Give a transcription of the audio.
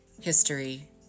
history